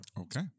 okay